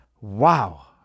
Wow